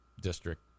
district